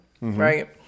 right